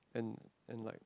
and and like